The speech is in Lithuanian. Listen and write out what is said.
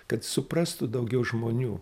kad suprastų daugiau žmonių